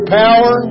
power